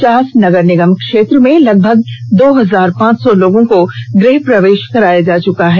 चास नगर निगम क्षेत्र में लगभग दो हजार पांच सौ लोगों को गृह प्रवेश कराया जा चुका है